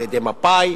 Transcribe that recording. על-ידי מפא"י,